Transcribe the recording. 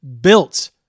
built